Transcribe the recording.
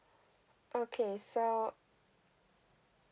okay so